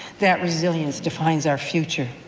that resilience defines our future.